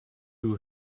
who